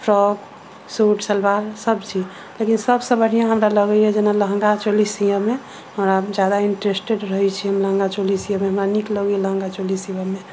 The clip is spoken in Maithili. फ्रॉक शूट सलवार सब चीज लेकिन सबसँ बढ़िआँ हमरा लगैया जेना लहँगा चोली सिअमे हमरा जादा इंट्रेस्टेड रहैत छी हम लहँगा चोली सिअमे हमरा नीक लगैया लहँगा चोली सिबऽमे